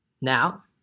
Now